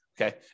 okay